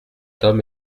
homme